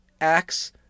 acts